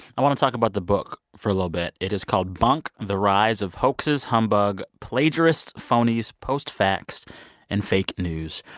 i want to talk about the book for a little bit. it is called bunk the rise of hoaxes, humbug, plagiarists, phonies, post-facts and fake news.